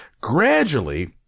gradually